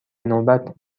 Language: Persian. نوبت